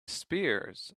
spears